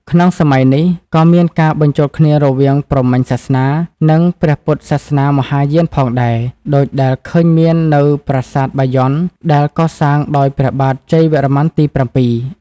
ក្នុងសម័យនេះ ក៏មានការ បញ្ចូលគ្នារវាងព្រហ្មញ្ញសាសនា និងព្រះពុទ្ធសាសនាមហាយានផងដែរ ដូចដែលឃើញមាននៅប្រាសាទបាយ័នដែលកសាងដោយព្រះបាទជ័យវរ្ម័នទី ៧។